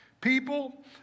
People